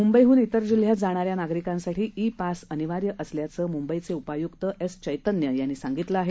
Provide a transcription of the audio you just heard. मुंबईहन त्तर जिल्ह्यात जाणाऱ्या नागरिकांसाठी ई पास अनिवार्य असल्याचं मुंबईचे उपायुक्त एस चैतन्य यांनी सांगितलं आहे